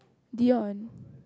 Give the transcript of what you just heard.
Dion